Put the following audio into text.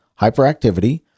hyperactivity